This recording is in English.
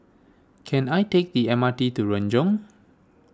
can I take the M R T to Renjong